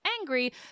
angry